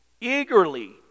eagerly